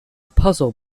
puzzle